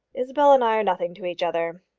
isabel and i are nothing to each other.